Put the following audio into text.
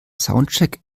soundcheck